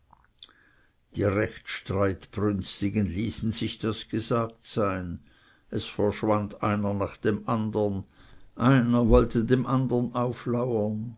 die recht streitbrünstigen ließen sich das gesagt sein es verschwand einer nach dem andern einer wollte dem andern auflauern